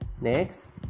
Next